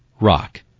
Rock